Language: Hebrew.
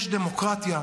יש דמוקרטיה,